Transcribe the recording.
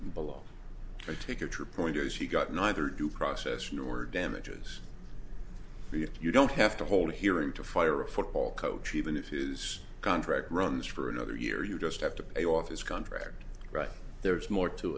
below i take it your point is he got neither due process nor damages if you don't have to hold a hearing to fire a football coach even if his contract runs for another year you just have to pay off his contract right there's more to